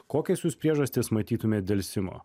kokias jūs priežastis matytumėt delsimo